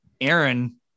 Aaron